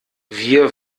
wir